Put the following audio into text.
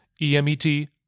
E-M-E-T